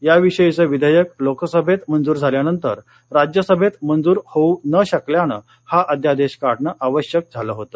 याविषयीचं विधेयक लोकसभेत मंजूर झाल्यानंतर राज्यसभेत मंजूर होऊ न शकल्यानं हा अध्यादेश काढणं आवश्यक झालं होतं